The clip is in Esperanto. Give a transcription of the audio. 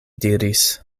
diris